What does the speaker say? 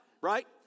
Right